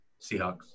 Seahawks